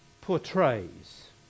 portrays